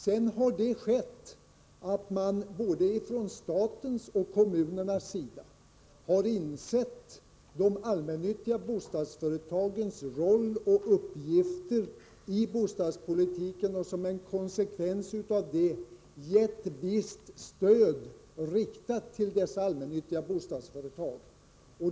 Vad som sedan skett är att man både från statens och från kommunernas sida har insett de allmännyttiga bostadsföretagens roll och uppgifter i bostadspolitiken och som en konsekvens av det gett visst stöd riktat till dessa allmännyttiga bostadsföretag.